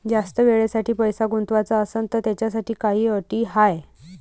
जास्त वेळेसाठी पैसा गुंतवाचा असनं त त्याच्यासाठी काही अटी हाय?